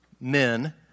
men